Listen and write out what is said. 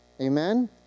Amen